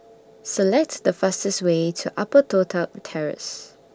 Select The fastest Way to Upper Toh Tuck Terrace